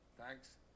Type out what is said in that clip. Thanks